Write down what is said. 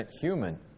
human